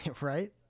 Right